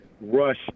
rush